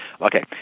Okay